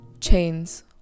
chains